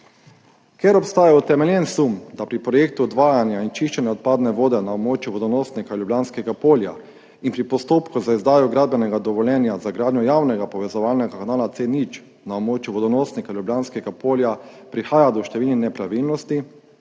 Ker obstaja utemeljen sum, da pri projektu odvajanja in čiščenja odpadne vode na območju vodonosnika Ljubljanskega polja in pri postopku za izdajo gradbenega dovoljenja za gradnjo javnega povezovalnega kanala C0 na območju vodonosnika Ljubljanskega polja prihaja do številnih nepravilnosti,